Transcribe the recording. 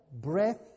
breath